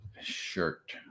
shirt